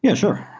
yeah sure.